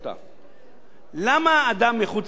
למה אדם מחוץ-לארץ קונה דירה בישראל